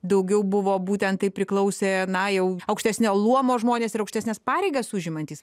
daugiau buvo būtent tai priklausė na jau aukštesnio luomo žmonės ir aukštesnes pareigas užimantys